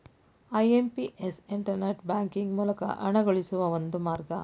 IMPS internet banking ಮೂಲಕ ಹಣಗಳಿಸುವ ಒಂದು ಮಾರ್ಗ